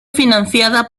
financiada